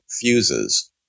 fuses